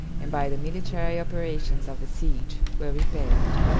and by the military operations of the siege, were repaired.